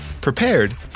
prepared